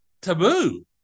taboo